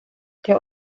der